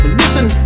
listen